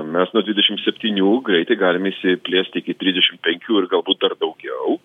mes nuo dvidešim septynių greitai galime išsiplėsti iki trisdešim penkių ir galbūt dar daugiau